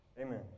Amen